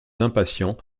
impatients